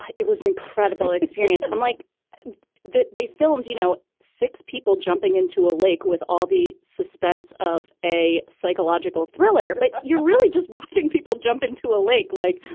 it was an incredible experience. i'm like that. they filmed, you know, six people jumping into a lake with all the suspense of a psychological thriller but you're really just watching people jump into a lake. like,